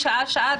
שעה שעה,